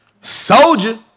Soldier